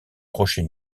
crochet